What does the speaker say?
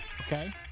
Okay